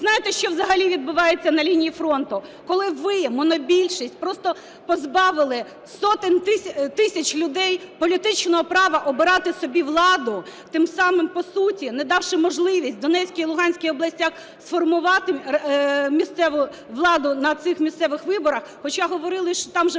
знаєте, що взагалі відбувається на лінії фронту, коли ви, монобільшість, просто позбавили сотні тисяч людей політичного права обирати собі владу, тим самим, по суті, не давши можливість Донецькій і Луганській областям сформувати місцеву владу на цих місцевих виборах, хоча говорили, що там же